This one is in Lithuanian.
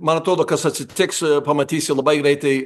man atrodo kas atsitiks pamatysi labai greitai